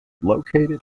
located